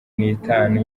nitanu